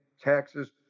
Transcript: taxes